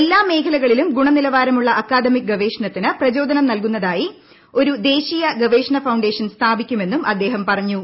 എല്ലാ മേഖലകളിലും ഗുണനിലവാരമുള്ള അക്കാദമിക് ഗവേഷണത്തിന് പ്രചോദനം നൽകുന്നതിനായി ഒരു ദേശീയ ഗവേഷണ ഫൌണ്ടേഷൻ സ്ഥാപിക്കുമെന്നും അദ്ദേഹം പറഞ്ഞു